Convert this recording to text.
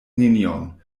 nenion